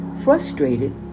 Frustrated